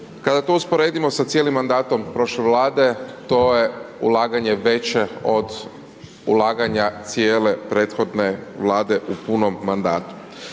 Kada to usporedimo sa cijelim mandatom prošle vlade to je ulaganje veće od ulaganja cijele prethodne vlade u punom mandatu.